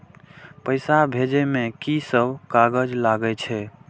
पैसा भेजे में की सब कागज लगे छै?